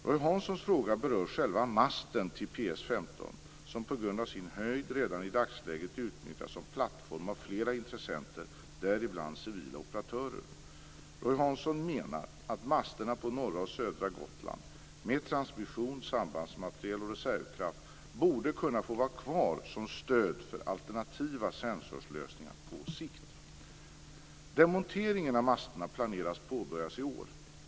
Roy Hanssons fråga berör själva masten till PS 15, som på grund av sin höjd redan i dagsläget utnyttjas som plattform av flera intressenter, däribland civila operatörer. Roy Hansson menar att masterna på norra och södra Gotland, med transmission, sambandsmateriel och reservkraft, borde kunna få vara kvar som stöd för alternativa sensorlösningar på sikt. Demonteringen av masterna planeras påbörjas i år.